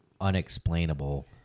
unexplainable